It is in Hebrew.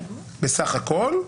בסך הכל,